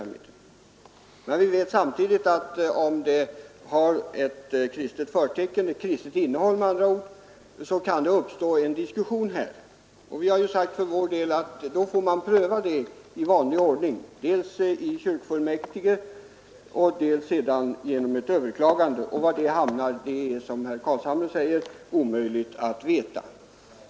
Men vi vet samtidigt att det kan uppstå en diskussion, om verksamheten har ett bestämt kristet innehåll. Vi har för vår del sagt att man då får pröva den frågan i vanlig ordning dels i kyrkofullmäktige, dels därefter genom ett vanligt överklagande. Vad utslaget blir är det, som herr Carlshamre säger, omöjligt att veta.